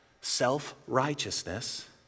self-righteousness